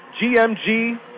GMG